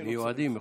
מיועדים.